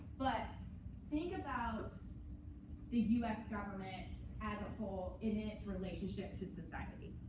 but think about the us government as a whole in its relationship to society.